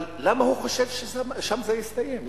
אבל למה הוא חושב ששם זה יסתיים?